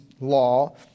law